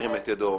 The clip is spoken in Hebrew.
ירים את ידו.